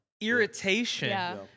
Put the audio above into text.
irritation